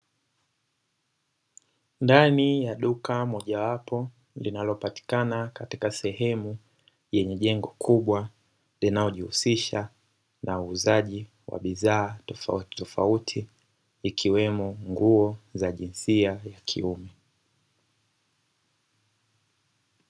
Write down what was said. Ndani ya duka moja wapo linalopatikana katika sehemu yenye jengo kubwa, linalojihusisha na uuzaji wa bidhaa tofautitofauti ikiwemo nguo za jinsia ya kiume.